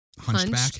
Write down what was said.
Hunchback